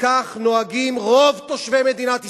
וכך נוהגים רוב תושבי מדינת ישראל.